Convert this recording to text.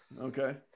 Okay